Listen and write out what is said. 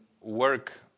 work